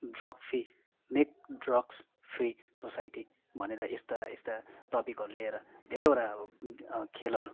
drug free make drugs free society भनेर यस्ता यस्ता टपिकहरू लिएर धेरैवटा खेलहरू